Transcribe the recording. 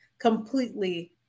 completely